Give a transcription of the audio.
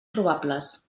probables